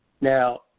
Now